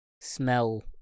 smell